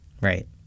Right